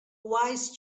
wise